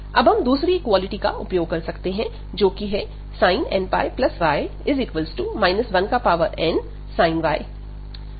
अब हम दूसरी इक्वालिटी का उपयोग कर सकते हैं जोकि है sin nπy 1nsin y है